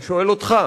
אני שואל אותך,